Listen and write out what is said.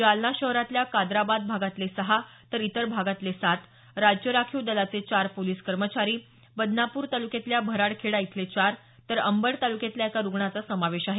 जालना शहरातल्या काद्राबाद भागातले सहा तर इतर भागातले सात राज्य राखीव दलाचे चार पोलीस कर्मचारी बदनापूर तालुक्यातल्या भराडखेडा इथले चार तर अंबड तालुक्यातल्या एका रुग्णाचा समावेश आहे